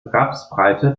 rapsbreite